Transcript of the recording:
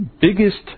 biggest